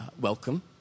Welcome